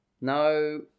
No